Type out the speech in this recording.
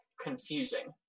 confusing